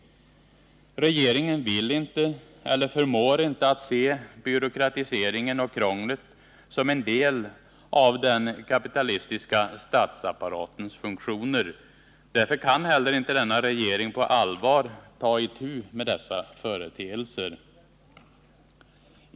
Regeringen vill inte eller förmår inte se byråkratiseringen och krånglet som en del av den kapitalistiska statsapparatens funktioner. Därför kan heller inte denna regering på allvar ta itu med dessa företeelser.